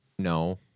No